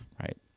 Right